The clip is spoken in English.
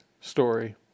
story